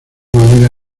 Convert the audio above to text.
manera